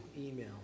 email